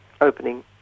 opening